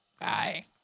Bye